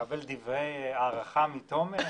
לקבל דברי הערכה מתומר,